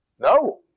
No